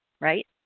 Right